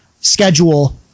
schedule